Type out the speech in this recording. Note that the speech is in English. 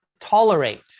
tolerate